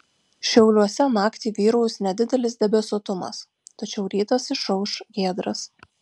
šiauliuose naktį vyraus nedidelis debesuotumas tačiau rytas išauš giedras